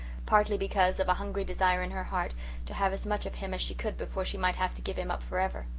partly because of a hungry desire in her heart to have as much of him as she could before she might have to give him up forever.